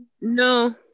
No